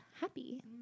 happy